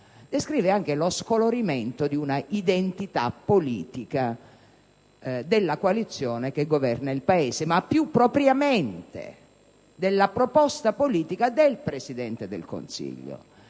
descrive anche lo scolorimento di una identità politica della coalizione che governa il Paese, ma più propriamente della proposta politica del Presidente del Consiglio,